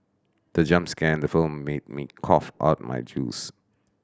the jump scare in the film made me cough out my juice